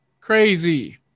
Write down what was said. Crazy